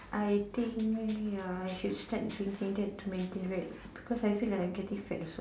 I think ya I should start drinking that to maintain weight cause I can feel myself getting fat also